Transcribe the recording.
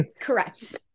Correct